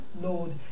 Lord